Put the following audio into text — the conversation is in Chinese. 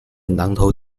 南投